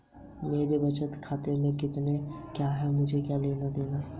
मेरे बचत खाते की किताब की एंट्री कर दो?